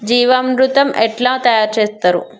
జీవామృతం ఎట్లా తయారు చేత్తరు?